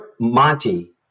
Monty